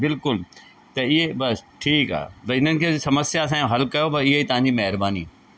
बिल्कुलु त इहे बसि ठीकु आहे भई हिननि खे समस्या जो हल कयो बसि इहे ई तव्हांजी महिरबानी